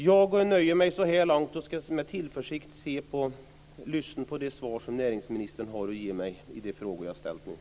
Jag nöjer mig så här långt, och jag ser med tillförsikt fram mot det svar som näringsministern har att ge mig på de frågor som jag har ställt.